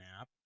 app